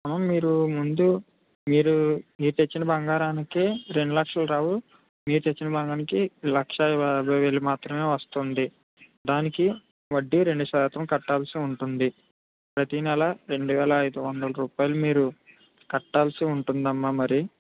అమ్మ మీరు ముందు మీరు మీరు తెచ్చిన బంగారానికి రెండులక్షలు రావు మీరు తెచ్చిన బంగారానికి లక్షా యాభైవేలు మాత్రమే వస్తుంది దానికి వడ్డీ రెండుశాతం కట్టవలసి ఉంటుంది ప్రతి నెలా రెండువేల ఐదువందల రూపాయలు మీరు కట్టవలసి ఉంటుంది అమ్మా మరి